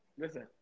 Listen